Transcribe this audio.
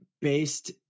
based